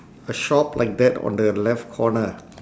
a shop like that on the left corner